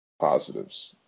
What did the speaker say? positives